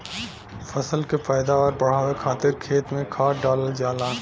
फसल के पैदावार बढ़ावे खातिर खेत में खाद डालल जाला